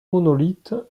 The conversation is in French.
monolithe